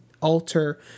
alter